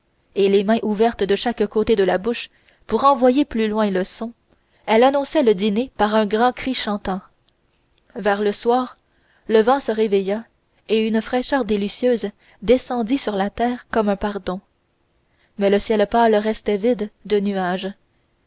et les mains ouvertes de chaque côté de la bouche pour envoyer plus loin le son elle annonçait le dîner par un grand cri chantant vers le soir le vent se réveilla et une fraîcheur délicieuse descendit sur la terre comme un pardon mais le ciel pâle restait vide de nuages